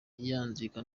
yanzika